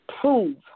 prove